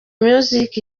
music